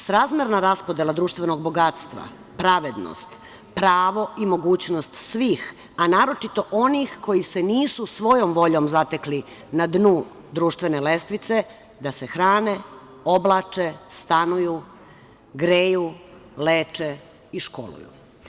Srazmerna raspodela društvenog bogatstva, pravednost, pravo i mogućnost svih, a naročito onih koji se nisu svojom voljom zatekli na dnu društvene lestvice, da se hrane, oblače, stanuju, greju, leče i školuju.